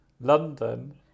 London